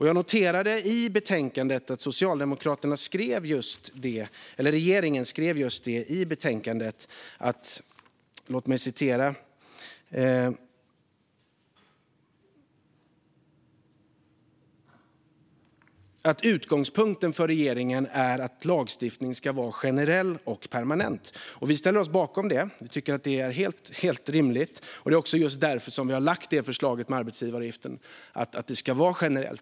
Jag noterar att det i betänkandet står följande om propositionen: "Regeringens utgångspunkt är att skattelagstiftning bör vara generell och permanent." Vi ställer oss bakom det. Vi tycker att det är rimligt. Det är också just därför som vi har lagt fram vårt förslag om arbetsgivaravgifterna, att de ska vara generella.